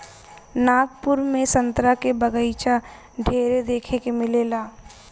नागपुर में संतरा के बगाइचा ढेरे देखे के मिलेला